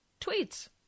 tweets